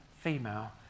female